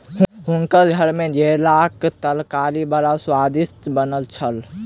हुनकर घर मे घेराक तरकारी बड़ स्वादिष्ट बनल छल